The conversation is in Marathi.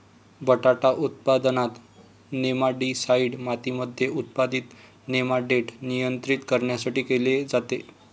बटाटा उत्पादनात, नेमाटीसाईड मातीमध्ये उत्पादित नेमाटोड नियंत्रित करण्यासाठी केले जाते